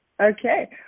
Okay